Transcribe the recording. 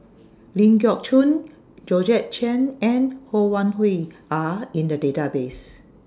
Ling Geok Choon Georgette Chen and Ho Wan Hui Are in The Database